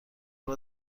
قبل